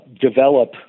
develop